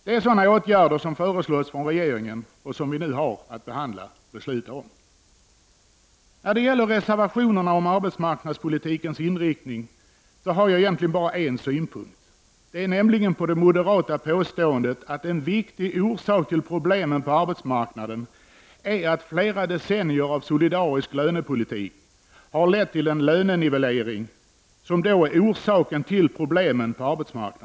Det är sådana åtgärder som föreslås från regeringen och som vi nu har att behandla och besluta om. När det gäller reservationerna om arbetsmarknadspolitikens inriktning har jag egentligen bara en synpunkt. Den gäller det moderata påståendet att en viktig orsak till problemen på arbetsmarknaden är att flera decennier av solidarisk lönepolitik har lett till en lönenivellering.